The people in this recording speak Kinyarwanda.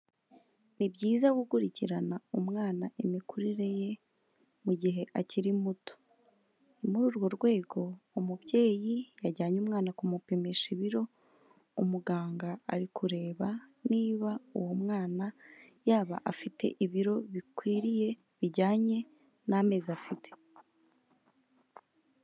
Ni byiza gukurikirana umwana imikurire ye, mu gihe akiri muto. Ni muri urwo rwego umubyeyi yajyanye umwana kumupimisha ibiro, umuganga ari kureba niba uwo mwana yaba afite ibiro bikwiriye bijyanye n'amezi afite.